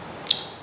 आनी